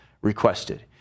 requested